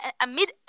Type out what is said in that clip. amid